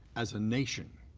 as a nation.